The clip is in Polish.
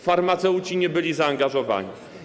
Farmaceuci nie byli zaangażowani.